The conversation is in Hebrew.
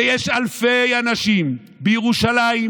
ויש אלפי אנשים בירושלים,